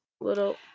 little